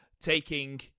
taking